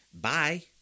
Bye